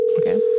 Okay